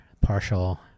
partial